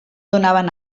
donaven